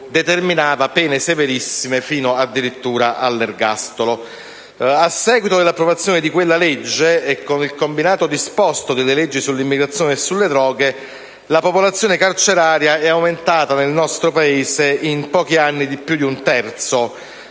determinava pene severissime, fino addirittura all'ergastolo. A seguito dell'approvazione di quella legge e con il combinato disposto delle leggi sull'immigrazione e sulle droghe, la popolazione carceraria è aumentata nel nostro Paese in pochi anni di più di un terzo,